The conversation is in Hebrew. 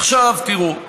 עכשיו, תראו,